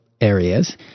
areas